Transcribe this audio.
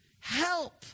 Help